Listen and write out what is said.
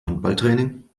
handballtraining